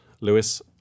Lewis